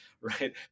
right